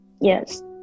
yes